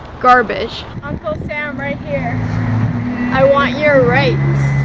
garbage uncle sam right here i want your rights